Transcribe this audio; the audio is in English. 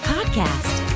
Podcast